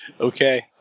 Okay